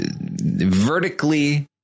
vertically